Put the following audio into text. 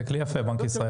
זה כלי יפה, בנק ישראל.